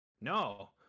No